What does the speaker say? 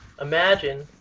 imagine